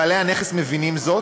בעלי הנכס מבינים זאת,